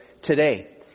today